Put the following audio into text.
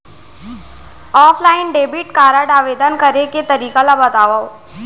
Offline debit card आवेदन करे के तरीका ल बतावव?